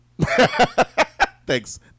Thanks